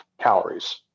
calories